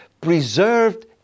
preserved